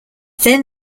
then